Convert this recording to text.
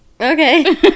okay